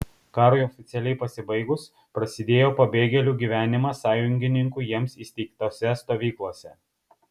karui oficialiai pasibaigus prasidėjo pabėgėlių gyvenimas sąjungininkų jiems įsteigtose stovyklose